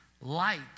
Light